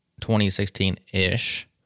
2016-ish